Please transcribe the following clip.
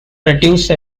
produce